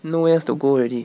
nowhere else to go already